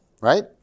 right